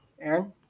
Aaron